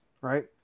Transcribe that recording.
right